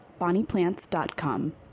BonniePlants.com